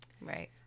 right